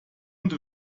und